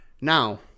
now